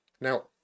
now